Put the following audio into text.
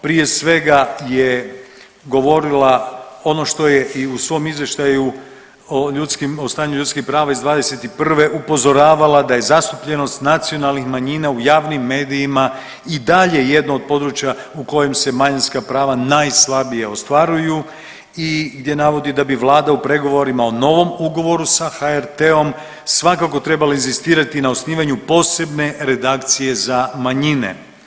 Prije svega je govorila ono što je i u svom izvještaju o ljudskim, o stanju ljudskih prava iz '21. upozoravala da je zastupljenost nacionalnih manjina u javnim medijima i dalje jedno od područja u kojem se manjinska prava najslabije ostvaruju i gdje navodi da bi vlada u pregovorima o novom ugovoru sa HRT-om svakako trebala inzistirati na osnivanju posebne redakcije za manjine.